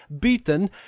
beaten